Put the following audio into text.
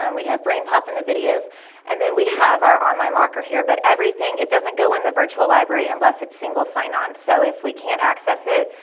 and we have brain pop in the videos and then we have our online locker here, but everything, it doesn't go into the virtual library unless it's single sign on. so if we can't access it,